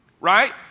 right